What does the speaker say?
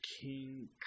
king